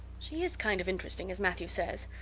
she is kind of interesting as matthew says.